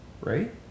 right